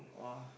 !wah!